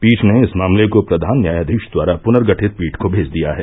पीठ ने इस मामले को प्रधान न्यायाधीश द्वारा पुनर्गठित पीठ को भेज दिया है